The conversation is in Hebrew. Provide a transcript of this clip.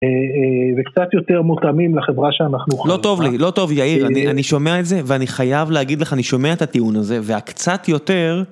וקצת יותר מותאמים לחברה שאנחנו חיים בה. לא טוב לי, לא טוב יאיר, אני שומע את זה ואני חייב להגיד לך, אני שומע את הטיעון הזה, והקצת יותר...